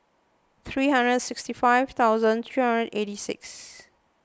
three hundred and sixty five thousand three hundred eighty six